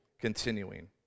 continuing